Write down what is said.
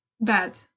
bad